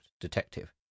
detective